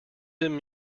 him